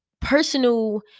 personal